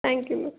thank you ma'am